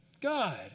God